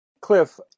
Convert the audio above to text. Cliff